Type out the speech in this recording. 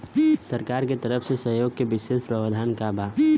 सरकार के तरफ से सहयोग के विशेष प्रावधान का हई?